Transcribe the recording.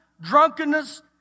drunkenness